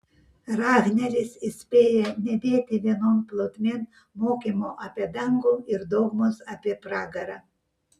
rahneris įspėja nedėti vienon plotmėn mokymo apie dangų ir dogmos apie pragarą